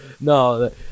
No